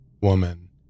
woman